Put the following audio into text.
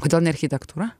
kodėl ne architektūra